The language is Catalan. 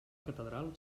catedral